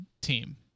team